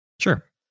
Sure